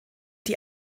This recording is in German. die